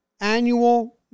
annual